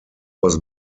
was